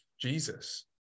jesus